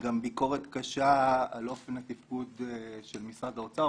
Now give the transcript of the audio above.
ביקורת קשה על אופן התפקוד של משרד האוצר,